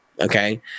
Okay